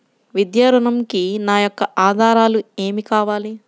విద్యా ఋణంకి నా యొక్క ఆధారాలు ఏమి కావాలి?